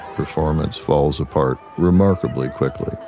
performance falls apart remarkably quickly.